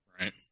Right